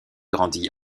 grandi